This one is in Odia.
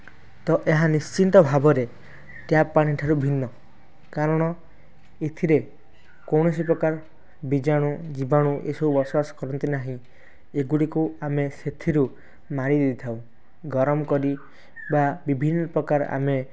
ତ ଏହା ନିଶ୍ଚିନ୍ତ ଭାବରେ ଟ୍ୟାପ୍ ପାଣି ଠାରୁ ଭିନ୍ନ କାରଣ ଏଥିରେ କୌଣସି ପ୍ରକାର ବୀଜାଣୁ ଜୀବାଣୁ ଏସବୁ ବସବାସ କରନ୍ତି ନାହିଁ ଏଗୁଡ଼ିକୁ ଆମେ ସେଥିରୁ ମାରି ଦେଇଥାଉ ଗରମ କରି ବା ବିଭିନ୍ନ ପ୍ରକାର ଆମେ